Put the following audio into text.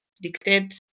dictate